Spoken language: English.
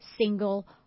single